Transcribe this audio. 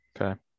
okay